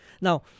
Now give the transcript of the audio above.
Now